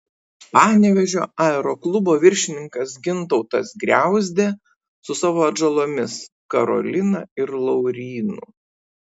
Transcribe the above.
panevėžio aeroklubo viršininkas gintautas griauzdė su savo atžalomis karolina ir laurynu